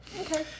Okay